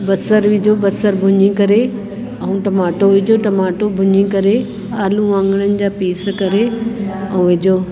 बसरु विझो बसरु भुञी करे ऐं टमाटो विझो टमाटो भुञी करे आलू वाङणनि जा पीस करे ऐं विझो